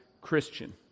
Christian